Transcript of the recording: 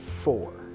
four